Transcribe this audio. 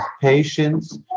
patience